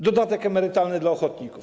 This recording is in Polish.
Dodatek emerytalny dla ochotników.